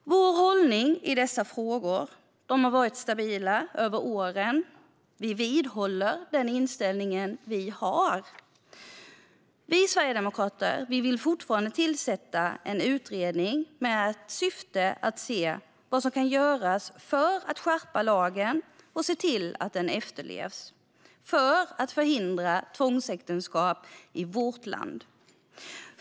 Vår hållning i dessa frågor har varit stabil över åren. Vi vidhåller den inställning vi har. Vi sverigedemokrater vill fortfarande tillsätta en utredning med syfte att se vad som kan göras för att skärpa lagen och se till att den efterlevs för att förhindra tvångsäktenskap i vårt land.